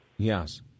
Yes